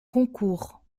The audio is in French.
concours